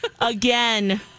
Again